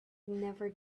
never